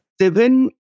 seven